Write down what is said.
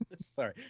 Sorry